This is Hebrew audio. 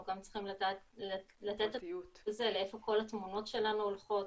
אנחנו גם צריכים לדעת לתת --- לאיפה כל התמונות שלנו הולכות,